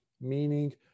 meaning